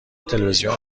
تلویزیون